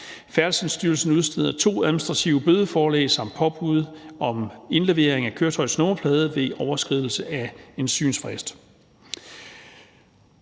Færdselsstyrelsen udsteder to administrative bødeforelæg samt påbud om indlevering af køretøjets nummerplader ved overskridelse af en synsfrist.